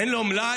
אין לו מלאי?